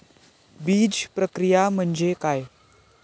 बीजप्रक्रिया म्हणजे काय?